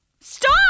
Stop